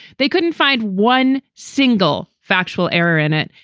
they couldn't find one single factual error in it.